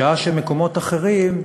בשעה שמקומות אחרים,